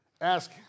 Ask